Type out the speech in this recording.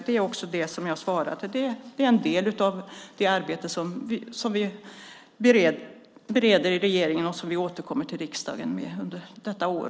Det är en del av det arbete som vi bereder i regeringen och återkommer till riksdagen med under detta år.